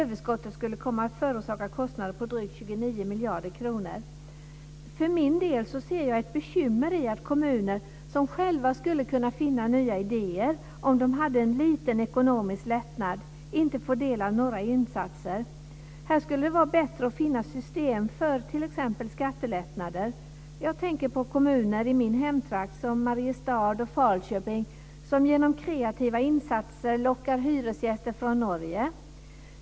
Överskottet skulle komma att förorsaka kostnader på drygt 29 För min del ser jag ett bekymmer i att kommuner som själva skulle kunna finna nya idéer om de fick en liten ekonomisk lättnad, inte får del av några insatser. Här skulle det vara bättre att finna system för t.ex. skattelättnader. Jag tänker på kommuner i min hemtrakt, som Mariestad och Falköping, som genom kreativa insatser lockar hyresgäster från Norge.